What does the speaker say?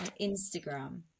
instagram